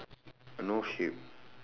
no sheep